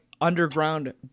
underground